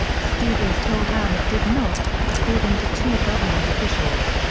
stevens told ham it did not, according to two government officials.